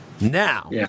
Now